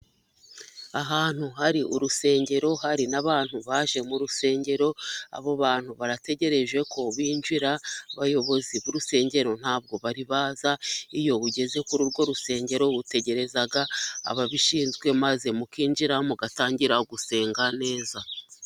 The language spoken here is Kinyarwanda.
Ahantu hari urusengero, hari n'abantu baje mu rusengero, abo bantu barategereje ko binjira, abayobozi b'urusengero ntabwo bari baza, iyo ugeze kuri urwo rusengero utegereza ababishinzwe, maze mukinjira mugatangira gusenga neza.